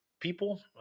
people